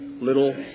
little